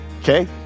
Okay